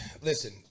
listen